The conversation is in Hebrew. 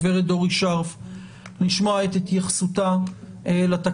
גברת דורי שארף לשמוע את התייחסותה לתקנות,